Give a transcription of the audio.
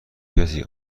کسی